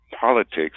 politics